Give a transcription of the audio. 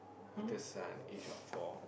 little son age of four